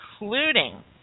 including